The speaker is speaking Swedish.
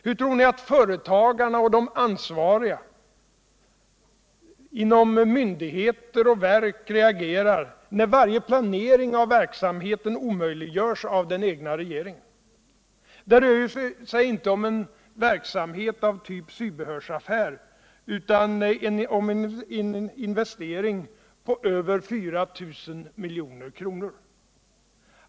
Hur tror ni att företagarna och de ansvariga inom verk och myndigheter reagerar när varje planering av verksamheten omöjliggörs av den egna regeringen? Det rör sig ju inte om en verksamhet av typ sybehörsaffär utan om en investering på över 4 000 milj.kr.